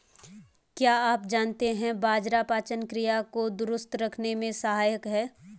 क्या आप जानते है बाजरा पाचन क्रिया को दुरुस्त रखने में सहायक हैं?